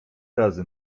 razy